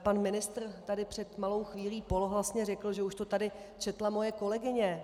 Pan ministr tady před malou chvílí polohlasně řekl, že už to tady četla moje kolegyně.